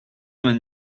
vingt